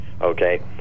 okay